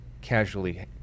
casually